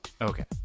okay